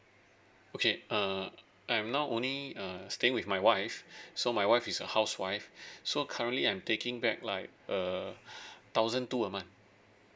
okay uh I'm now only err staying with my wife so my wife is a housewife so currently I'm taking back like uh thousand two a month